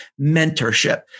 mentorship